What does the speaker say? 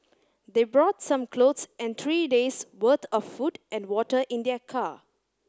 they brought some clothes and three days' worth of food and water in their car